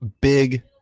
big